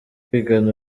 kwigana